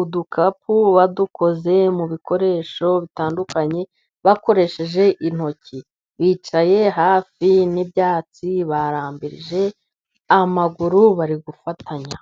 udukapu badukoze mu bikoresho bitandukanye, bakoresheje intoki, bicaye hafi y'ibyatsi barambije amaguru, bari gufatanya.